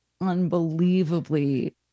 unbelievably